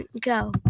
Go